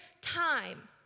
time